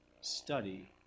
study